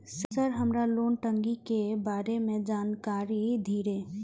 Sir हमरा loan टंगी के बारे में जान कारी धीरे?